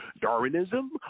Darwinism